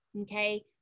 okay